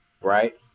Right